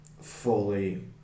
fully